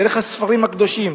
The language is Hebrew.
דרך הספרים הקדושים,